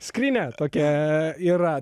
skrynia tokia yra